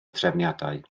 trefniadau